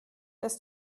dass